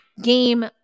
game